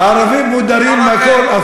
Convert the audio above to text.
מודרים מהכול.